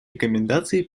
рекомендации